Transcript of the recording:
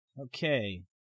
Okay